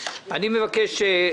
אני מבקש,